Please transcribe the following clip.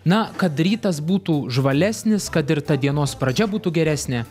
na kad rytas būtų žvalesnis kad ir ta dienos pradžia būtų geresnė